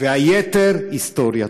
והיתר היסטוריה.